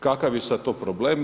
Kakav je sad to problem?